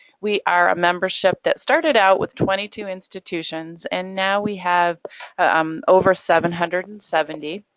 we are a membership that started out with twenty two institutions and now we have um over seven hundred and seventy.